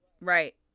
right